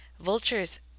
Vultures